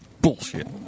Bullshit